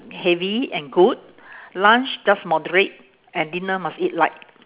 heavy and good lunch just moderate and dinner must eat light